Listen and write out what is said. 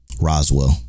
Roswell